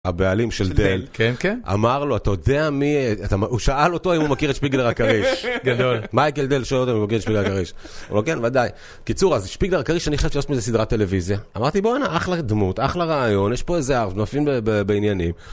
הבעלים של דל, אמר לו, אתה יודע מי, הוא שאל אותו אם הוא מכיר את שפיגלר הכריש. גדול. מייקל דל שואל אותם אם הוא מכיר את שפיגלר הכריש, הוא לא כן, ודאי. קיצור, אז שפיגלר הכריש, אני חשבתי לעשות מזה סדרת טלוויזיה. אמרתי, בונא אחלה דמות, אחלה רעיון, יש פה איזה ... עפים בעניינים.